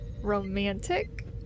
romantic